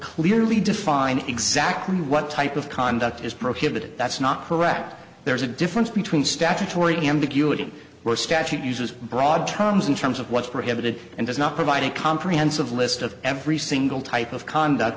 clearly define exactly what type of conduct is prohibited that's not correct there is a difference between statutory ambiguity or statute uses broad terms in terms of what's prohibited and does not provide a comprehensive list of every single type of conduct